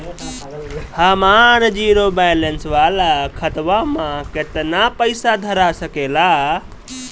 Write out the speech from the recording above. हमार zero balance वाला खतवा म केतना पईसा धरा सकेला?